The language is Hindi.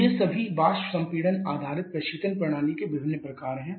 तो ये सभी वाष्प संपीड़न आधारित प्रशीतन प्रणाली के विभिन्न प्रकार हैं